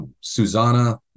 Susana